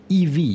EV